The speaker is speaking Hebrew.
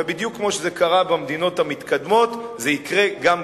ובדיוק כמו שזה קרה במדינות המתקדמות זה יקרה גם כאן,